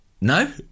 No